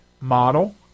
model